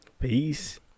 peace